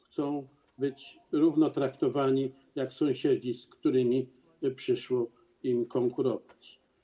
Chcą być równo traktowani, jak sąsiedzi, z którymi przyszło im konkurować.